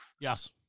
Yes